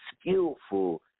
skillful